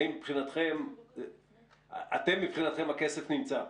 והאם מבחינתכם הכסף נמצא?